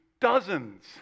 dozens